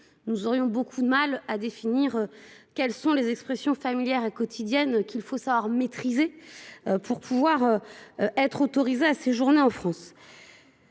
nous aurions beaucoup de mal à définir ces expressions familières et quotidiennes qu’il faudrait savoir maîtriser pour être autorisé à séjourner en France